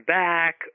back